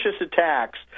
attacks